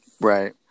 Right